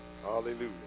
Hallelujah